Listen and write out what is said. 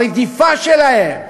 מהרדיפה שלהם,